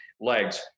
legs